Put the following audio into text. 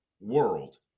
world